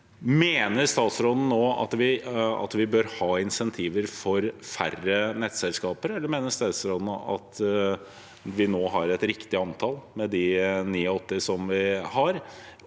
Mener statsråden nå at vi bør ha insentiver for færre nettselskaper, eller mener statsråden vi har et riktig antall, med de 89 vi har?